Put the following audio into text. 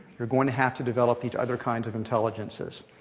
you're going to have to develop into other kinds of intelligences.